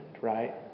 right